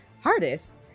hardest